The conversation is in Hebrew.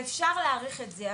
אפשר להאריך את זה.